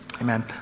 Amen